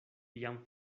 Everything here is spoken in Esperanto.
jam